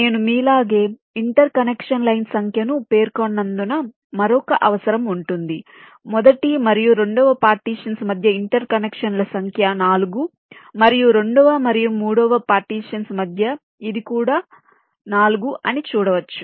నేను మీలాగే interconnection line సంఖ్యను పేర్కొన్నందున మరొక అవసరం ఉంటుంది మొదటి మరియు రెండవ పార్టీషన్స్ మధ్య ఇంటర్ కనెక్షన్ల సంఖ్య 4 మరియు రెండవ మరియు మూడవ పార్టీషన్స్ మధ్య ఇది కూడా 4 అని చూడవచ్చు